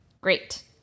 Great